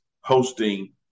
hosting